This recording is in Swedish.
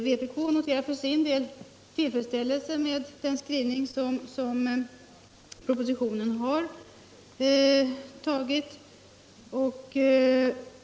Vpk uttalar emellertid tillfredsställelse med propositionens skrivning.